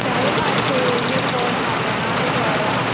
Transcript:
time ஆச்சு இன்றைக்கி போட மாட்டோம் நாளைக்கு வர்றோம்